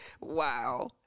Wow